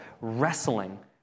wrestling